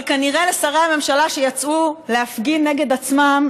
אבל שרי הממשלה שיצאו להפגין נגד עצמם,